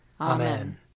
Amen